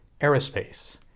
aerospace